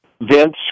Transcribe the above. Vince